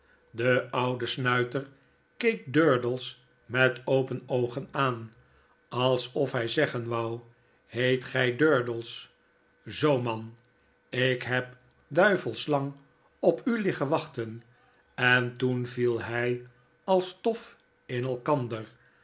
de oude snuiter keek durdels met open oogen aan alsof hij zeggen wou heet gy durdels zoo man ik heb duivelsch lang op u liggen wachten en toen viel hy alsstofin elkander